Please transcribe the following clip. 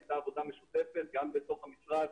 הייתה עבודה משותפת גם בתוך המשרד,